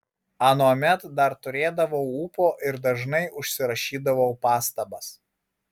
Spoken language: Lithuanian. anuomet dar turėdavau ūpo ir dažnai užsirašydavau pastabas